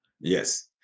Yes